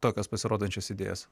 tokias pasirodančias idėjas